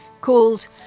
called